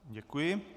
Děkuji.